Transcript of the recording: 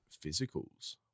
physicals